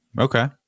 Okay